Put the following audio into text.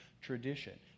tradition